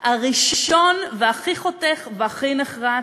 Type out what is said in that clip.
הראשון והכי חותך והכי נחרץ,